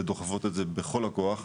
ודוחפות את זה בכל הכוח,